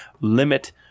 limit